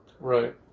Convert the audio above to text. Right